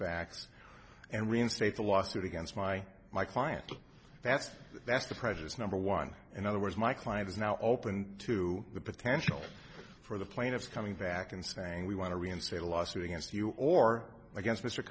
facts and reinstate the lawsuit against my client but that's that's the prejudice number one in other words my client is now open to the potential for the plaintiffs coming back and saying we want to reinstate a lawsuit against you or against